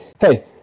hey